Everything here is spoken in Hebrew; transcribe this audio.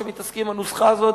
כשמתעסקים עם הנוסחה הזאת,